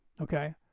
Okay